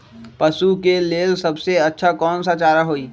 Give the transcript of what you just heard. पशु के लेल सबसे अच्छा कौन सा चारा होई?